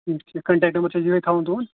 اَچھا کَنٹیکٹہٕ نَمبر چھا یِہَے تھاوُن تُہُنٛد